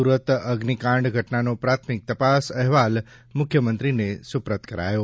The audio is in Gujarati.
સુરત અગ્નિકાંડ ઘટનાનો પ્રાથમિક તપાસ અહેવાલ મુખ્યમંત્રીને સુપરત કરાયો